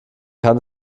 kann